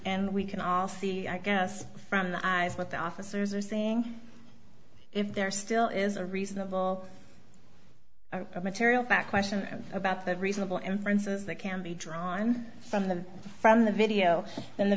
and we can all see i guess from the eyes what the officers are saying if there still is a reasonable material fact question about that reasonable inferences that can be drawn from the from the video in the